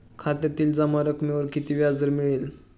खात्यातील जमा रकमेवर किती व्याजदर मिळेल?